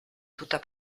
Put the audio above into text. tutta